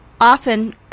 often